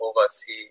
oversee